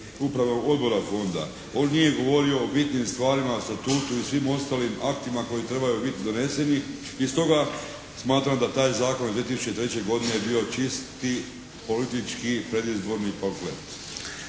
Upravnog odbora fonda. On nije govorio o bitnim stvarima, Statutu i svim ostalim aktima koji trebaju biti doneseni i stoga smatram da taj zakon iz 2003. godine je bio čisti politički, predizborni komplet.